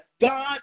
God